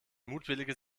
mutwillige